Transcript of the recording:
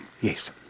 yes